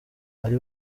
ari